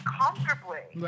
comfortably